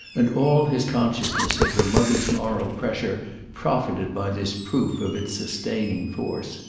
and all his consciousness of her mother's moral pressure profited by this proof of its sustaining force.